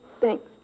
Thanks